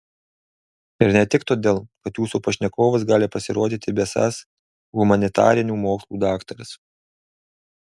ir ne tik todėl kad jūsų pašnekovas gali pasirodyti besąs humanitarinių mokslų daktaras